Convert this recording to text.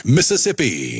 Mississippi